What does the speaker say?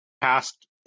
Past